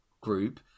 group